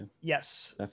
Yes